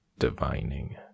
divining